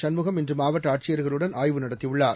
சண்முகம் இன்று மாவட்ட ஆட்சியர்களுடன் ஆய்வு நடத்தியுள்ளார்